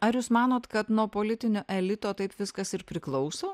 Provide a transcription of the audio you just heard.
ar jūs manot kad nuo politinio elito taip viskas ir priklauso